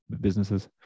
businesses